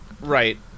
Right